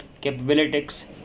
capabilities